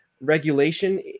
regulation